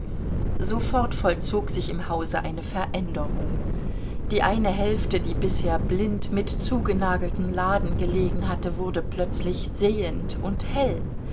sofort vollzog sich im hause eine veränderung die eine hälfte die bisher blind mit zugenagelten laden gelegen hatte wurde plötzlich sehend und hell